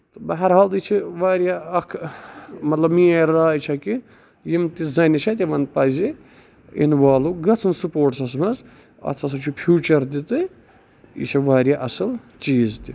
تہٕ بحرحال یہِ چھِ واریاہ اکھ مطلب میٲنۍ راے چھےٚ کہِ یِم تہِ زَنہِ چھےٚ تِمن پَزِ اِنوالو گژھُن سپوٹسس منٛز اَتھ ہسا چھُ فیوٗچر تہِ تہٕ یہِ چھُ واریاہ اَصٕل چیٖز تہِ